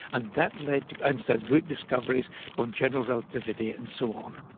and that led to einstein's great discoveries of general relativity and so on.